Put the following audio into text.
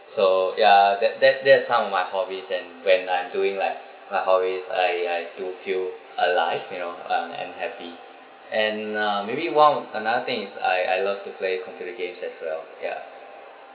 so ya that that that's some of my hobbies and when I'm doing like my hobbies I I do feel alive you know um and happy and uh maybe one of another thing is I I love to play computer games as well ya